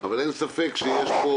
אבל אין ספק שיש פה